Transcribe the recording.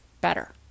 better